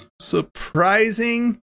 surprising